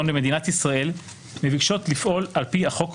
במדינת ישראל מבקשות לפעול על פי החוק ובגבולותיו.